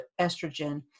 estrogen